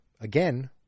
again